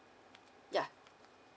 yeah